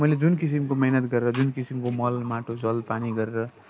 मैले जुन किसिमको मेहेनत गरेर जुन किसिमको मल माटो जल पानी गरेर